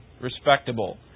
respectable